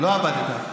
לא עבדת.